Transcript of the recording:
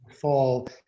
fall